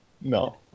No